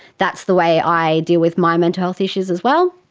that's the way i deal with my mental health issues as well,